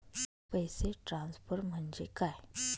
पैसे ट्रान्सफर म्हणजे काय?